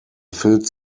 filled